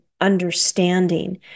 understanding